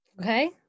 okay